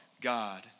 God